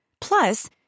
Plus